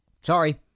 Sorry